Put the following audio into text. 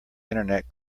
internet